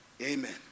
Amen